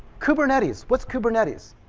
kubernetes, what's kubernetes?